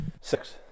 Six